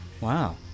wow